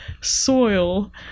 soil